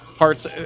parts